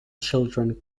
children